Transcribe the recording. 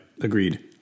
Agreed